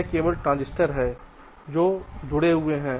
यह केवल ट्रांजिस्टर हैं जो जुड़े हुए हैं